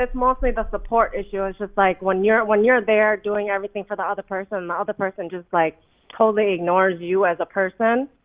it's mostly the support issue. it's just like when you're when you're there doing everything for the other person, the other person just like totally ignores you as a person,